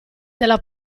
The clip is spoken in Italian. della